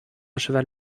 cheval